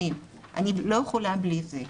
שנים, אני לא יכולה בלי זה,